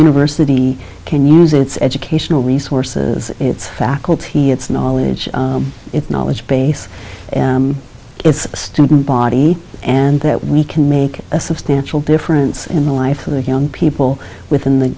university can use its educational resources its faculty its knowledge its knowledge base its student body and that we can make a substantial difference in the life of the young people within the